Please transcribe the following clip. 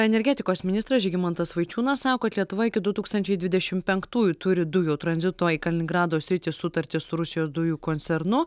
energetikos ministras žygimantas vaičiūnas sako kad lietuva iki du tūkstančiai dvidešim penktųjų turi dujų tranzito į kaliningrado sritį sutartį su rusijos dujų koncernu